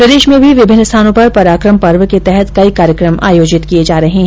प्रदेश में भी विभिन्न स्थानों पर पराक्रम पर्व के तहत कई कार्यक्रम आयोजित किए जा रहे है